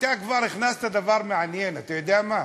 אתה כבר הכנסת דבר מעניין, אתה יודע מה?